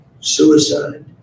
Suicide